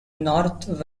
north